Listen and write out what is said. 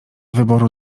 wyboru